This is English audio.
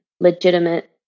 legitimate